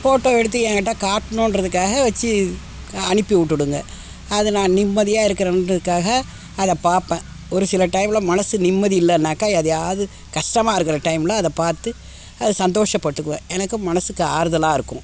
photo எடுத்து என்கிட்ட காட்டணுன்றதுக்காக வச்சு அனுப்பி விட்டுடுங்க அதை நான் நிம்மதியாக இருக்கணுன்றதுக்காக அதை பார்ப்பேன் ஒரு சில டைமில் மனது நிம்மதி இல்லைன்னாக்கா எதையாவது கஷ்டமாக இருக்கிற டைமில் அதைப் பார்த்து சந்தோஷப்பட்டுக்குவேன் எனக்கு மனசுக்கு ஆறுதலாக இருக்கும்